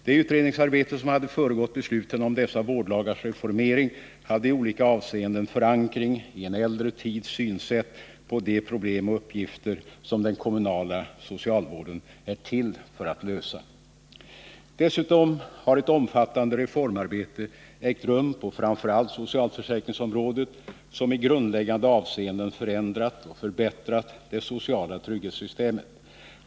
Det utredningsarbete som hade föregått besluten om dessa vårdlagars reformering hade i olika avseenden förankring i en äldre tids syn på de problem och uppgifter som den kommunalr socialvården är till för att lösa. Dessutom har framför allt på socialförsäkringsområdet ägt rum ett omfattande reformarbete, som i grundläggande avseenden förändrat och förbättrat det sociala trygghetssystemet.